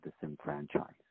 disenfranchised